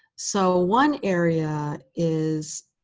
so one area is